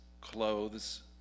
clothes